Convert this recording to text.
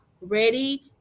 ready